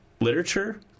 literature